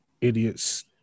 idiots